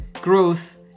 growth